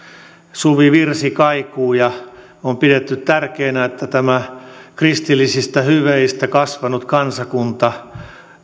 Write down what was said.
suvivirsi kaikuu ja on pidetty tärkeänä että tämä kristillisistä hyveistä kasvanut kansakunta